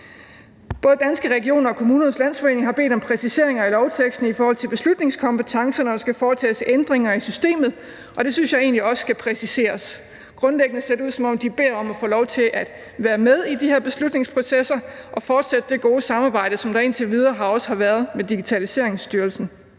Både Danske Regioner og Kommunernes Landsforening har bedt om præciseringer af lovteksten i forhold til beslutningskompetencerne, når der skal foretages ændringer i systemet, og det synes jeg egentlig også skal præciseres. Grundlæggende ser det ud, som om de beder om at få lov til at være med i de her beslutningsprocesser og fortsætte det gode samarbejde, som der indtil videre også har været med Digitaliseringsstyrelsen.